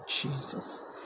Jesus